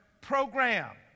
program